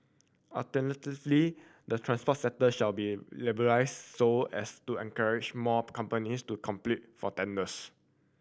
alternatively the transport sector shall be liberalised so as to encourage more companies to compete for tenders